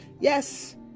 Yes